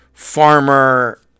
farmer